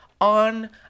on